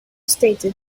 stated